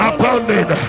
Abounding